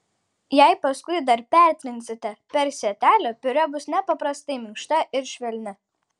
jei paskui dar pertrinsite per sietelį piurė bus nepaprastai minkšta ir švelni